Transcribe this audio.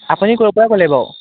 আপুনি ক'ৰপৰা ক'লে বাৰু